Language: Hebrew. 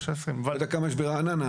אני לא יודע כמה יש ברעננה.